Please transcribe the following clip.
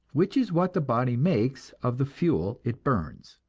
which is what the body makes of the fuel it burns.